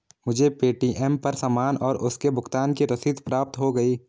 मुझे पे.टी.एम पर सामान और उसके भुगतान की रसीद प्राप्त हो गई है